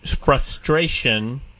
frustration